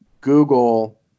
Google